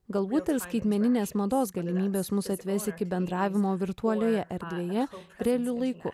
galbūt ir skaitmeninės mados galimybės mus atves iki bendravimo virtualioje erdvėje realiu laiku